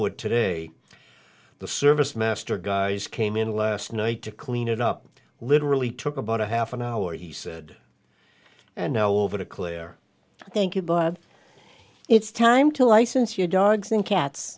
it today the service master guys came in last night to clean it up literally took about a half an hour he said no over the clear thank you bob it's time to license your dogs and cats